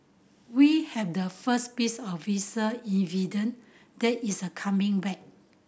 we have the first piece of visual evidence that is a coming back